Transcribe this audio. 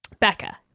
Becca